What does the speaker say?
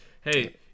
hey